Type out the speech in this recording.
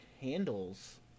handles